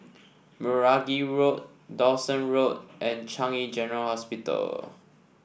Meragi Road Dawson Road and Changi General Hospital